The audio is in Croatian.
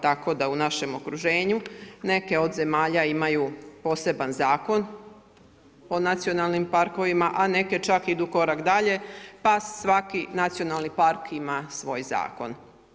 Tako da u našem okruženju neke od zemalja imaju poseban zakon o nacionalnim parkovima, a neke čak idu korak dalje pa svaki nacionalni park ima svoj zakon.